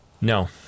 No